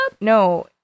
no